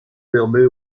permet